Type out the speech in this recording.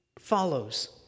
follows